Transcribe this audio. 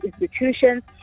institutions